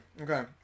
Okay